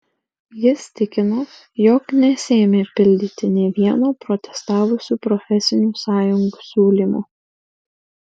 jis tikino jog nesiėmė pildyti nė vieno protestavusių profesinių sąjungų siūlymo